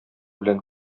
белән